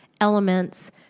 elements